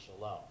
alone